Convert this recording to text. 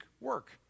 work